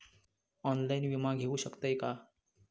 Online विमा घेऊ शकतय का?